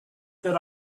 that